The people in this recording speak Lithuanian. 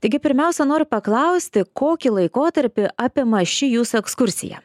taigi pirmiausia noriu paklausti kokį laikotarpį apima ši jūsų ekskursija